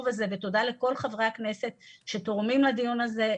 הזה ותודה לכל חברי הכנסת שתורמים לדיון הזה.